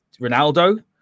Ronaldo